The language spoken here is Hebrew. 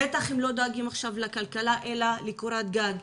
בטח הם לא דואגים עכשיו לכלכלה אלא לקורת גג,